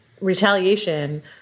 retaliation